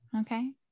Okay